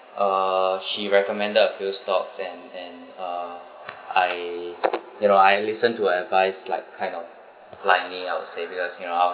uh she recommended a few stock then and uh I you know I listen to her advice like kind of applying it because you know